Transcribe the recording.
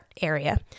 area